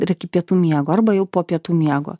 yra iki pietų miego arba jau po pietų miego